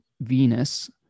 Venus